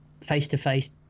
face-to-face